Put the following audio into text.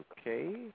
Okay